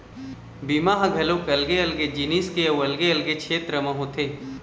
बीमा ह घलोक अलगे अलगे जिनिस के अउ अलगे अलगे छेत्र म होथे